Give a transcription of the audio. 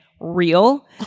real